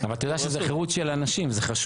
אבל אתה יודע שזה חירות של אנשים, זה חשוב.